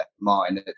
Martin